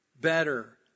better